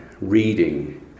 reading